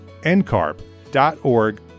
ncarb.org